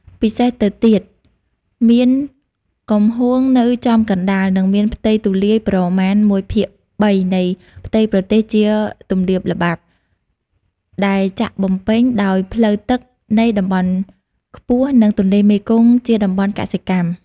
ពិសេសទៅទៀតមាន កំហូងនៅចំកណ្តាល និងមានផ្ទៃទូលាយប្រមាណ១ភាគ៣នៃផ្ទៃប្រទេសជាទំនាបល្បាប់ ដែលចាក់បំពេញ ដោយផ្លូវទឹកនៃតំបន់ខ្ពស់ និង ទន្លេមេគង្គជាតំបន់កសិកម្ម។